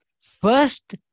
First